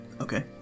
Okay